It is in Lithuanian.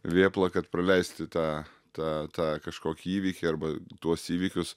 vėpla kad praleisti tą tą tą kažkokį įvykį arba tuos įvykius